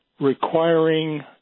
requiring